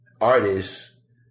artists